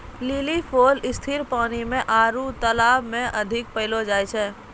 lily फूल स्थिर पानी आरु तालाब मे अधिक पैलो जाय छै